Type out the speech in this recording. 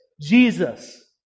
Jesus